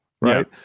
right